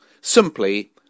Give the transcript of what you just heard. simply